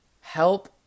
Help